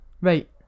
Right